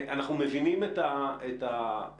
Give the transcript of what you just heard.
אנחנו מבינים את המודל,